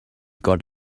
got